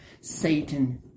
Satan